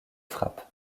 frappe